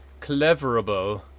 cleverable